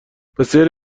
بسیاری